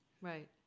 Right